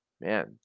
man